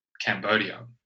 Cambodia